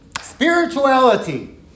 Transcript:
Spirituality